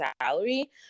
salary